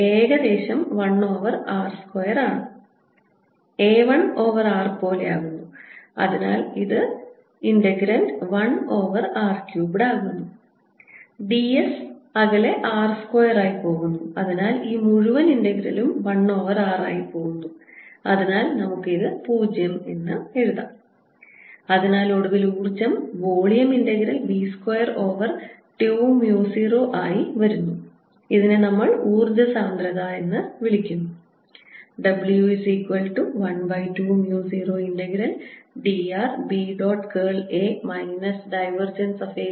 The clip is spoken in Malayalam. B ഏകദേശം 1 ഓവർ r സ്ക്വയറാണ് A 1 ഓവർ r പോലെ പോകുന്നു അതിനാൽ ഈ integral 1 over r cube ആകുന്നു ds അകലെ r സ്ക്വയറായി പോകുന്നു അതിനാൽ ഈ മുഴുവൻ ഇന്റഗ്രലും 1 ഓവർ r ആയി പോകുന്നു അതിനാൽ നമുക്ക് ഇത് 0 എന്ന് എഴുതാം അതിനാൽ ഒടുവിൽ ഊർജ്ജം volume integral B square over 2 mu 0 ആയി വരുന്നു ഇതിനെ നമ്മൾ ഊർജ്ജ സാന്ദ്രത എന്ന് വിളിക്കുന്നു W120dr B